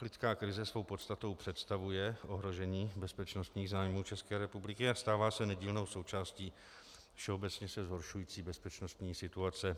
Uprchlická krize svou podstatou představuje ohrožení bezpečnostních zájmů České republiky a stává se nedílnou součástí všeobecně se zhoršující bezpečnostní situace.